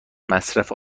مصرف